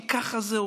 כי ככה זה עובד.